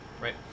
right